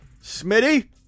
smitty